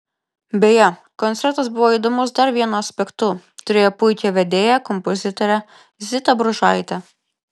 beje koncertas buvo įdomus dar vienu aspektu turėjo puikią vedėją kompozitorę zitą bružaitę